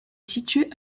situé